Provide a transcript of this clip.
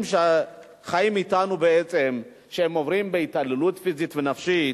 שחיים אתנו בעצם עוברים התעללות פיזית ונפשית,